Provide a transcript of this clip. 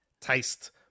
taste